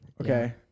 okay